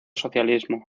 socialismo